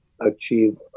achieve